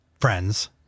friends